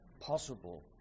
possible